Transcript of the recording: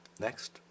Next